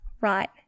right